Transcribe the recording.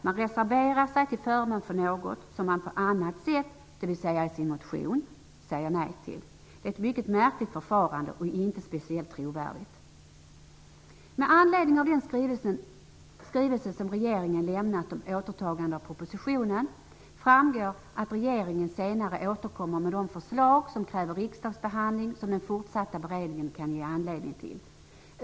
Man reserverar sig till förmån för något som man på annat sätt, dvs. i sin motion, säger nej till. Det är ett mycket märkligt förfarande och inte speciellt trovärdigt. Av den skrivelse som regeringen lämnat om återtagande av propositionen framgår att regeringen senare återkommer med de förslag som kräver riksdagsbehandling som den fortsatta beredningen kan ge anledning till.